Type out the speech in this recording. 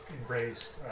embraced